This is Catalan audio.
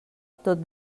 tot